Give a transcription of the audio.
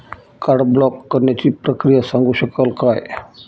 Card block करण्याची प्रक्रिया सांगू शकाल काय?